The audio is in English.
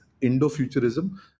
Indo-futurism